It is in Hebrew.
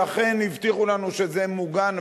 שאכן הבטיחו לנו שזה מוגן,